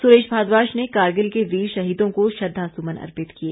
सुरेश भारद्वाज ने कारगिल के वीर शहीदों को श्रद्वासुमन अर्पित किए